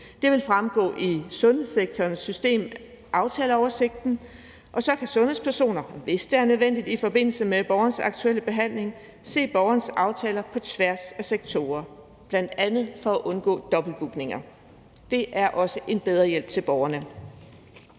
Det vil fremgå i sundhedssektorens system, Aftaleoversigten, og så kan sundhedspersoner, hvis det er nødvendigt i forbindelse med borgerens aktuelle behandling, se borgerens aftaler på tværs af sektorer, bl.a. for at undgå dobbeltbookninger. Det er også en bedre hjælp til borgerne.